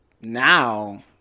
Now